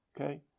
okay